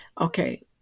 okay